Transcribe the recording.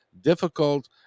difficult